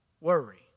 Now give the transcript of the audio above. worry